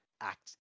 act